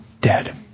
dead